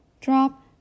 drop